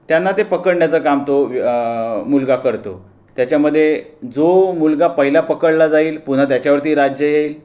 त्यांना ते पकडण्याचे काम तो मुलगा करतो त्याच्यामध्ये जो मुलगा पहिला पकडला जाईल पुन्हा त्याच्यावरती राज्य येईल